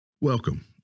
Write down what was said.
Welcome